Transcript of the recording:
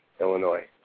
Illinois